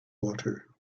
water